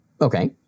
Okay